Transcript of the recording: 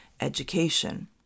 Education